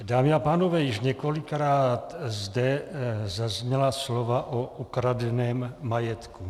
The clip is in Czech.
Dámy a pánové, již několikrát zde zazněla slova o ukradeném majetku.